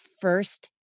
first